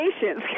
patience